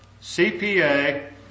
CPA